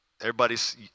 everybody's